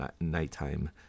nighttime